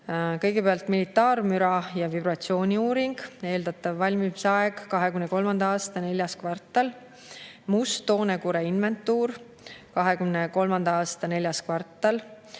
kõigepealt militaarmüra ja vibratsiooni uuring, eeldatav valmimisaeg on 2023. aasta neljas kvartal; must-toonekure inventuur, 2023. aasta neljas kvartal;